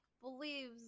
believes